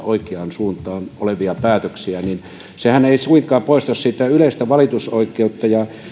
oikeaan suuntaan olevia päätöksiä sehän ei suinkaan poista sitä yleistä valitusoikeutta